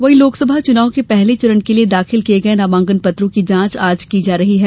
वहीं लोकसभा चुनाव के पहले चरण के लिए दाखिल किये गये नामांकन पत्रों की जांच आज की जा रही है